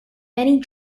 many